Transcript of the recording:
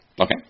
Okay